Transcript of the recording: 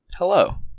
Hello